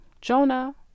Jonah